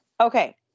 okay